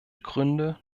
gründe